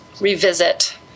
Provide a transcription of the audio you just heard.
revisit